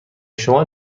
شما